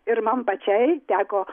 ir man pačiai teko